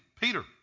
Peter